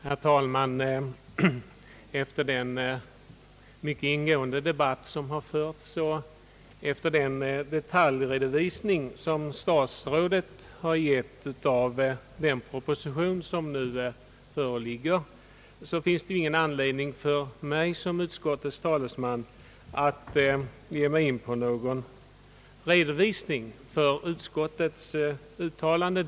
Herr talman! Efter den mycket ingående debatt som har förts och den detaljredovisning som statsrådet har gett av den föreliggande propositionen finns det ingen anledning för mig som utskottets talesman att ge mig in på någon redovisning för utskottets uttalande.